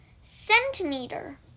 centimeter